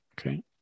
Okay